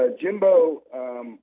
Jimbo –